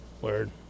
Word